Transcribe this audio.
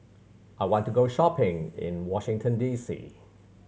I want to go shopping in Washington D C